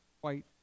white